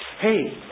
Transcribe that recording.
hey